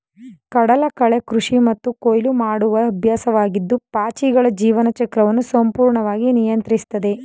ಕಡಲಕಳೆ ಕೃಷಿ ಮತ್ತು ಕೊಯ್ಲು ಮಾಡುವ ಅಭ್ಯಾಸವಾಗಿದ್ದು ಪಾಚಿಗಳ ಜೀವನ ಚಕ್ರವನ್ನು ಸಂಪೂರ್ಣವಾಗಿ ನಿಯಂತ್ರಿಸ್ತದೆ